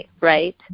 right